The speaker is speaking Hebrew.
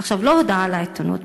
עכשיו לא הודעה לעיתונות,